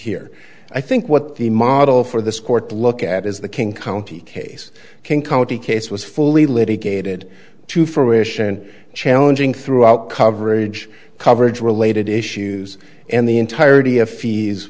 here i think what the model for this court to look at is the king county case king county case was fully litigated to fruition challenging throughout coverage coverage related issues and the entirety of fees